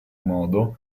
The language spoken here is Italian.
modo